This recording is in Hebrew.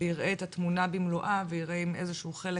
שהוא יראה את התמונה במלואה ויראה אם יש איזה שהוא חלק